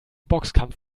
boxkampf